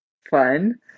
fun